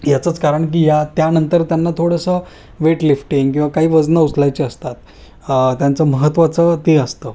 याचंच कारण की या त्यानंतर त्यांना थोडंसं वेट लिफ्टिंग किंवा काही वजनं उचलायची असतात त्यांचं महत्त्वाचं ते असतं